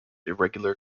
irregular